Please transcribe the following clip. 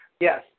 Yes